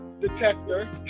detector